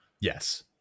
yes